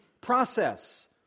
process